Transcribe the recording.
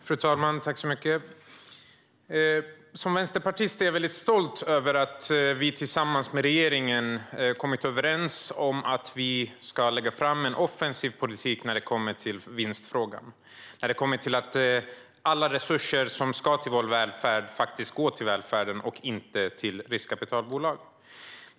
Fru talman! Som vänsterpartist är jag stolt över att vi har kommit överens med regeringen om att lägga fram en offensiv politik när det gäller vinstfrågan och att alla resurser som ska gå till vår välfärd faktiskt går till välfärden och inte till riskkapitalbolag.